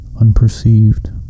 unperceived